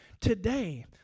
today